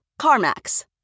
CarMax